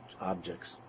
objects